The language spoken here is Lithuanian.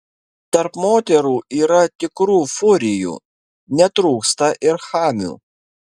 tarp moterų yra tikrų furijų netrūksta ir chamių